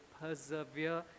persevere